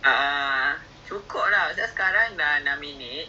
ya kejap I tanya adam adam you nak pergi ke tak